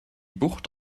bucht